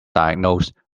diagnosed